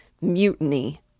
mutiny